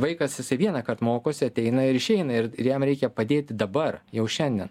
vaikas jisai vienąkart mokosi ateina ir išeina ir jam reikia padėti dabar jau šiandien